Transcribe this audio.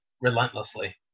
relentlessly